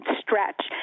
stretch